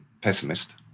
pessimist